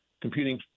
computing